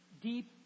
deep